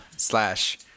Slash